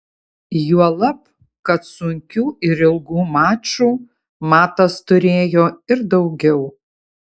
juolab kad sunkių ir ilgų mačų matas turėjo ir daugiau